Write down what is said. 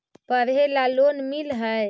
पढ़े ला लोन मिल है?